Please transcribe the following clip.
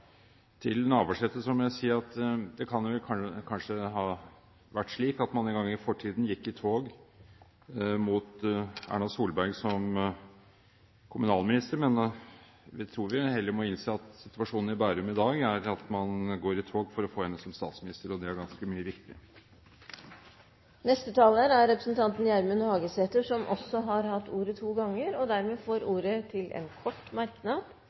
Til Navarsete må jeg si at det kan kanskje ha vært slik at man en gang i fortiden gikk i tog mot Erna Solberg som kommunalminister, men jeg tror vi heller må innse at situasjonen i Bærum i dag er at man går i tog for å få henne som statsminister, og det er mye viktigere. Representanten Gjermund Hagesæter har hatt ordet to ganger tidligere og får ordet til en kort merknad,